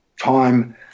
time